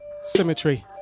Symmetry